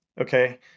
Okay